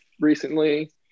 recently